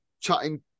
chatting